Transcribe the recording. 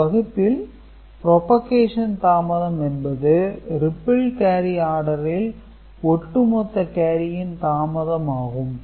இந்த வகுப்பில் Propagation தாமதம் என்பது ரிப்பிள் கேரி ஆடரில் ஒட்டு மொத்த கேரியின் தாமதம் ஆகும்